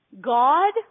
God